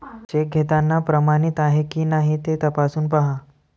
check घेताना ते प्रमाणित आहे की नाही ते तपासून पाहा